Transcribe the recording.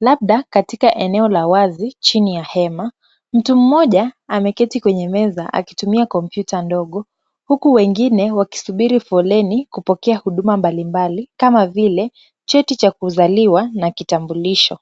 labda katika eneo la wazi chini ya hema. Mtu mmoja ameketi kwenye meza akitumia kompyuta ndogo, huku wengine wakisubiri foleni kuokea huduma mbalimbali kama vile cheti cha kuzaliwa na kitambulisho.